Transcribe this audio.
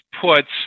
puts